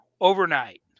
overnight